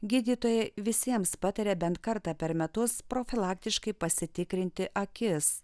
gydytojai visiems pataria bent kartą per metus profilaktiškai pasitikrinti akis